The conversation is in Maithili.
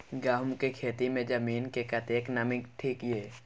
गहूम के खेती मे जमीन मे कतेक नमी ठीक ये?